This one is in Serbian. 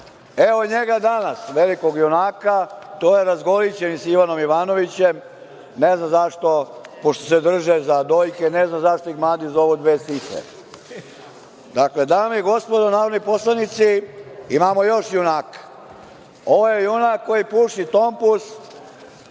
Evo njega danas, velikog junaka, tu je razgolićen sa Ivanom Ivanovićem, ne znam zašto, pošto se drže za dojke, ne znam zašto ih mladi zovu dve sise. Dakle, dame i gospodo narodni poslanici imamo još junaka. Ovo je junak koji puši tompuse